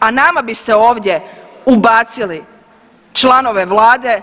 A nama biste ovdje ubacili članove vlade